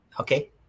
okay